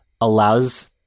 allows